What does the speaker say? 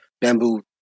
bamboo